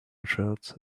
shirt